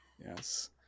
Yes